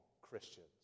Christians